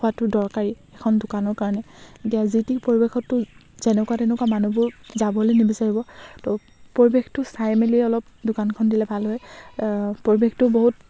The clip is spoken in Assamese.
হোৱাতো দৰকাৰী এখন দোকানৰ কাৰণে এতিয়া যি টি পৰিৱেশতটো যেনেকুৱা তেনেকুৱা মানুহবোৰ যাবলৈ নিবিচাৰিব তো পৰিৱেশটো চাই মেলি অলপ দোকানখন দিলে ভাল হয় পৰিৱেশটো বহুত